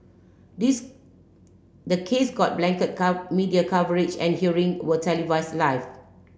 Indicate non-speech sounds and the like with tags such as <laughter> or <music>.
this the case got blanket <unintelligible> media coverage and hearing were televised live